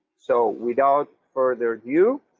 so without further ado,